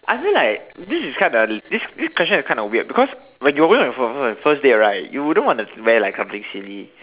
I feel like this is kind of this this question is kind of weird because when you're going for your first first first date right you wouldn't want to wear like something silly